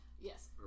Yes